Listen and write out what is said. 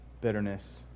bitterness